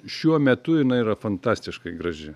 šiuo metu jinai yra fantastiškai graži